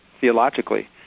theologically